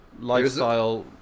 lifestyle